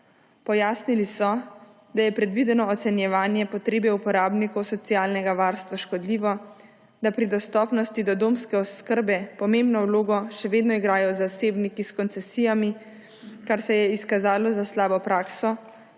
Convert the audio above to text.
Pojasnili so, da je predvideno ocenjevanje potrebe uporabnikov socialnega varstva škodljivo, da pri dostopnosti do domske oskrbe pomembno vlogo še vedno igrajo zasebniki s koncesijami, kar se je izkazalo za slabo prakso,